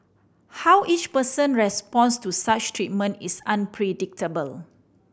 how each person responds to such treatment is unpredictable